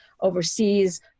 overseas